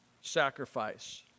sacrifice